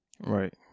Right